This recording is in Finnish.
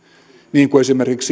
niin kuin esimerkiksi